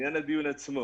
הדיון עצמו,